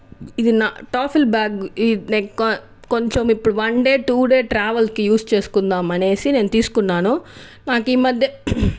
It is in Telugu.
ఇది నా డఫెల్ బ్యాగ్ లైక్ ఇది నా కొంచం వన్ డే టూ డే ట్రావెల్కి యూజ్ చేసుకుందాము అనేసి నేను తీసుకున్నాను నాకు ఈ మధ్య